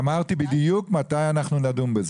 אמרתי בדיוק מתי אנחנו נדון בהלומי הקרב.